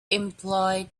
employed